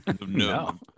No